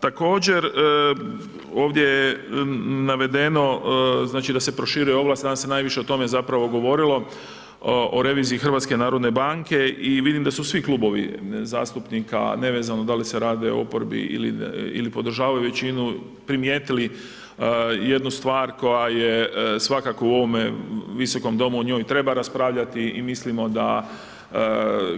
Također, ovdje navedeno znači da se proširuje ovlasti, danas najviše o tome zapravo govorilo, o reviziji HNB i vidim da su svi klubovi zastupnika, nevezano da li se radi o oporbi ili podržavaju većinu primijetili jednu stvar, koja je svakako u ovome Visokom domu o njoj treba raspravljati i mislimo da